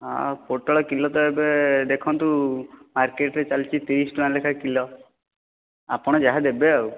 ହଁ ପୋଟଳ କିଲୋ ତ ଏବେ ଦେଖନ୍ତୁ ମାର୍କେଟ ରେ ଚାଲିଛି ତିରିଶ ଟଙ୍କା ଲେଖାଏଁ କିଲୋ ଆପଣ ଯାହା ଦେବେ ଆଉ